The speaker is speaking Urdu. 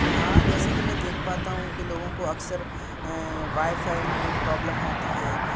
ہاں جیسا کہ میں دیکھ پاتا ہوں کہ لوگوں کو اکثر وائی فائی میں پرابلم ہوتی ہے